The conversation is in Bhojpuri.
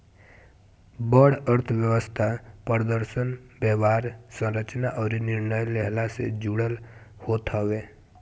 बड़ अर्थव्यवस्था प्रदर्शन, व्यवहार, संरचना अउरी निर्णय लेहला से जुड़ल होत हवे